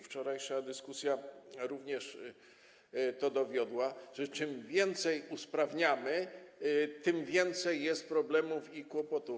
Wczorajsza dyskusja również tego dowiodła, że im więcej usprawniamy, tym więcej jest problemów i kłopotów.